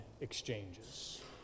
exchanges